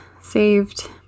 saved